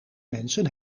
mensen